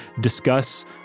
discuss